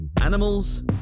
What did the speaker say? Animals